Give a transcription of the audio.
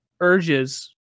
urges